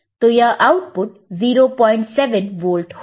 तो output 07 volt होगा